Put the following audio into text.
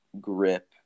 grip